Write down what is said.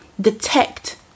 detect